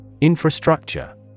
Infrastructure